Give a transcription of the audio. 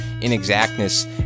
inexactness